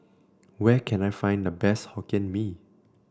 where can I find the best Hokkien Mee